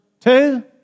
two